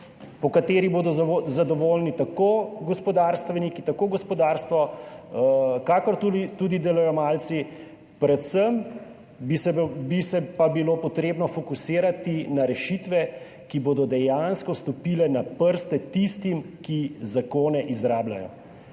s katero bodo zadovoljni tako gospodarstveniki oziroma gospodarstvo kakor tudi delojemalci. Predvsem bi se pa bilo treba fokusirati na rešitve, ki bodo dejansko stopile na prste tistim, ki zakone izrabljajo.